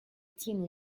team